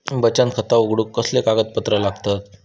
बचत खाता उघडूक कसले कागदपत्र लागतत?